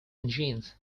engines